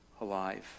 alive